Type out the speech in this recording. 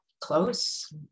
close